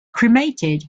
cremated